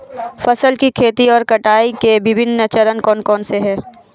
फसल की खेती और कटाई के विभिन्न चरण कौन कौनसे हैं?